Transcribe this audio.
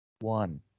One